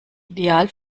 ideal